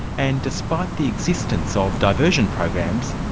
and despite the existence ah of diversion programs,